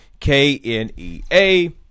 KNEA